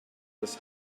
his